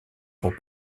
pour